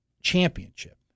championship